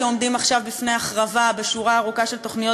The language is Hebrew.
שעומדים עכשיו בפני החרבה בשורה ארוכה של תוכניות